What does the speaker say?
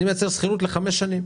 אני מייצר שכירות ל-5 שנים,